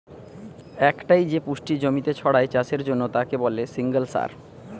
একটাই যে পুষ্টি জমিতে ছড়ায় চাষের জন্যে তাকে বলে সিঙ্গল সার